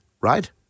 right